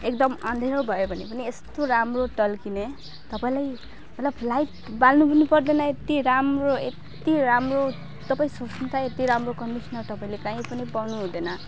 एकदम अँध्यारो भयो भने पनि यस्तो राम्रो टल्किने तपाईँलाई मतलब लाइट बाल्नु पनि पर्दैन यति राम्रो यति राम्रो तपाईँ सोच्नु त यति राम्रो कन्डिसनर तपाईँले काहीँ पनि पाउनु हुँदैन